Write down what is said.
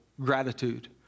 gratitude